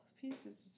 pieces